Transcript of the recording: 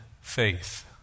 faith